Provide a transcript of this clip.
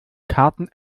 karten